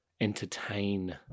entertain